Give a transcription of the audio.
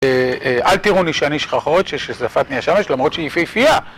אל תראוני שאני שחרחורת ששזפתני השמש למרות שהיא יפהפייה